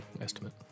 estimate